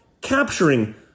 capturing